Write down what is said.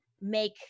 make